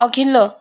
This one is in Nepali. अघिल्लो